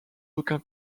aucun